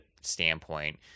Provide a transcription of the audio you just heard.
standpoint